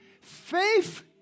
faith